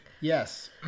Yes